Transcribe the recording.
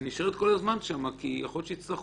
היא נשארת כל הזמן שמה, כי יכול להיות שיצטרכו.